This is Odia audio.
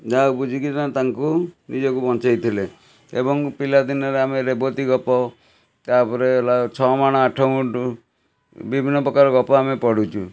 ଯାହା ହୋଉ ବୁଝିକିନା ତାଙ୍କୁ ନିଜକୁ ବଞ୍ଚେଇ ଥିଲେ ଏବଂ ପିଲାଦିନରେ ଆମେ ରେବତୀ ଗପ ତା'ପରେ ହେଲା ଛଅ ମାଣ ଆଠ ଗୁଣ୍ଠ ବିଭିନ୍ନ ପ୍ରକାର ଗପ ଆମେ ପଢ଼ୁଛୁ